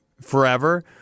forever